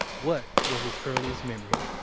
what was his earliest memory?